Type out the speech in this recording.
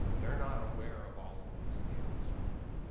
they're not aware of all of these tables right now.